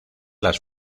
las